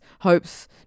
hopes